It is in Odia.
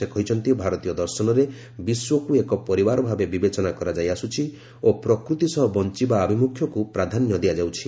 ସେ କହିଛନ୍ତି ଭାରତୀୟ ଦର୍ଶନରେ ବିଶ୍ୱକୁ ଏକ ପରିବାର ଭାବେ ବିବେଚନା କରାଯାଇ ଆସୁଛି ଓ ପ୍ରକୃତି ସହ ବଞ୍ଚବା ଆଭିମୁଖ୍ୟକୁ ପ୍ରାଧାନ୍ୟ ଦିଆଯାଉଛି